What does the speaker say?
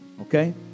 Okay